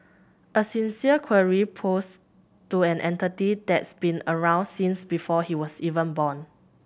a sincere query posed to an entity that's been around since before he was even born